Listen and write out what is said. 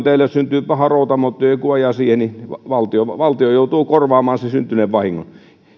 teillä jos syntyy paha routamonttu ja joku ajaa siihen niin valtio valtio joutuu korvaamaan sen syntyneen vahingon